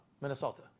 Minnesota